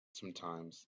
sometimes